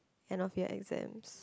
end of year exams